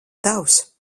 tavs